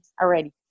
already